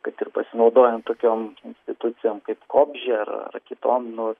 kad ir pasinaudojant tokiom institucijom kaip kopži ar kitomi